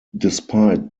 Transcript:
despite